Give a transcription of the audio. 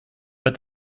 but